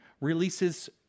releases